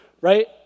right